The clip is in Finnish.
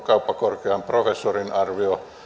kauppakorkean professorin matti wibergin arvio